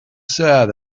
sad